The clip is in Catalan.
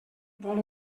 vol